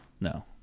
no